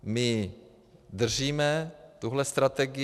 My držíme tuhle strategii.